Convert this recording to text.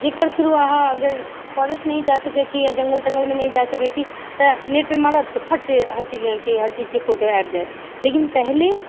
जेकर थ्रू अहाँ अगर फोरेस्ट नहि जा सकैत छियै या जंगल तंगलमे नै जा सकै छियै तऽ नेट पर मारब तऽ फट से हर चीज अहाँके हर चीजके फोटो आबि जाइत लेकिन पहले